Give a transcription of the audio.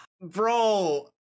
bro